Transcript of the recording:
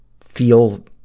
feel